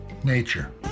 nature